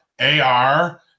AR